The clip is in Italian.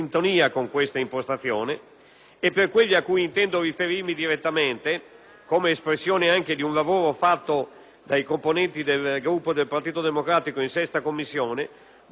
emendamenti a cui intendo riferirmi direttamente, espressione di un lavoro svolto dai componenti del Gruppo del Partito Democratico in 6ª Commissione, vorrei evidenziare tre aspetti.